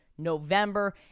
November